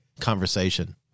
conversation